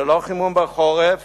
ללא חימום בחורף